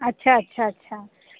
अच्छा अच्छा अच्छा